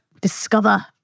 discover